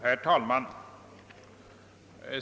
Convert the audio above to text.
Herr talman!